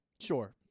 Sure